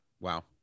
Wow